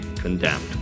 condemned